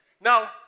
Now